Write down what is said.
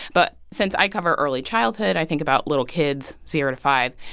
but since i cover early childhood, i think about little kids zero to five.